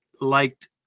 liked